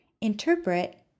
interpret